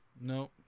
no